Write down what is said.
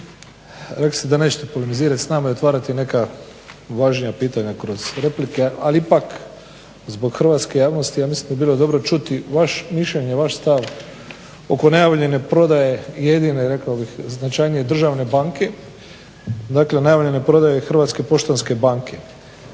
rekli ste da nećete polemizirati s nama i otvarati neka važnija pitanja kroz replike ali ipak zbog hrvatske javnosti ja mislim da bi bilo dobro čuti vaše mišljenje, vaš stav oko najavljene prodaje jedine rekao bih značajnije državne banke dakle naime prodaje Hrvatske poštanske banke.